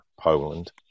poland